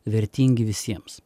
vertingi visiems